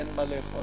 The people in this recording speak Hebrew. אין מה לאכול.